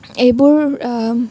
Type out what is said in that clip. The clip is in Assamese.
এইবোৰ